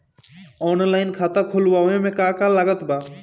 Online खाता खुलवावे मे का का लागत बा?